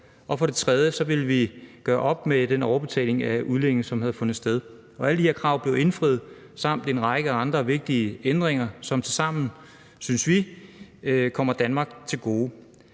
Og for det tredje ville vi gøre op med den overbetaling af udlændinge, som havde fundet sted. Alle de her krav blev opfyldt samt en række andre vigtige ændringer, som tilsammen, synes vi, kommer Danmark til gode,